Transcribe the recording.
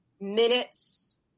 minutes